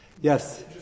Yes